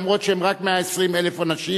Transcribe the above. למרות שהם רק 120,000 אנשים,